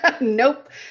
Nope